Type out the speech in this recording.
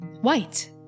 White